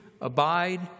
abide